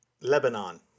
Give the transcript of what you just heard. Lebanon